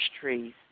trees